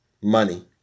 Money